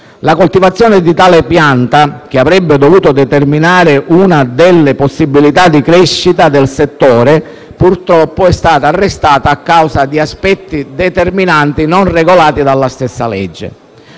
La coltivazione di tale pianta, che avrebbe dovuto determinare una delle possibilità di crescita del settore, purtroppo, è stata arrestata a causa di aspetti determinanti non regolati dalla stessa legge.